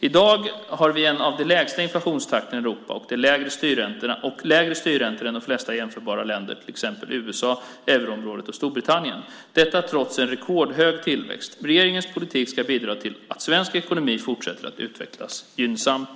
I dag har vi en av de lägsta inflationstakterna i Europa och lägre styrräntor än de flesta jämförbara länder, till exempel USA, euroområdet och Storbritannien, detta trots en rekordhög tillväxt. Regeringens politik ska bidra till att svensk ekonomi fortsätter att utvecklas gynnsamt.